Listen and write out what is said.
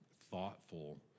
thoughtful